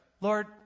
Lord